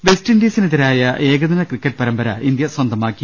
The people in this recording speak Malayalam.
വെസ്റ്റിൻഡീസിനെതിരായ ഏകദിന ക്രിക്കറ്റ് പരമ്പര ഇന്ത്യ സ്വന്തമാക്കി